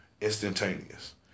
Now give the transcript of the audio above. Instantaneous